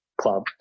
club